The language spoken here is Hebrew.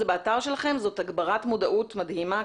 זה באתר שלכם זה הגברת מודעות מדהימה.